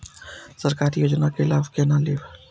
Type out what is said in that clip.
सरकारी योजना के लाभ केना लेब?